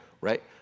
right